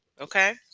Okay